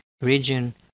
region